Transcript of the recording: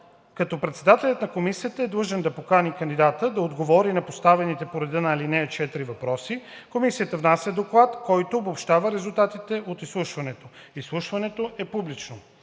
като председателят на комисията е длъжен да покани кандидата да отговори на поставените по реда на ал. 4 въпроси. Комисията внася доклад, който обобщава резултатите от изслушването. Изслушването е публично.